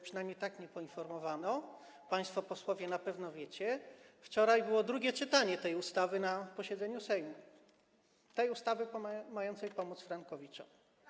Przynajmniej tak mnie poinformowano, państwo posłowie na pewno o tym wiecie, że wczoraj było drugie czytanie tej ustawy na posiedzeniu Sejmu, ustawy mającej pomóc frankowiczom.